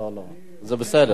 לא לא, זה בסדר.